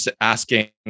asking